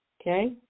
okay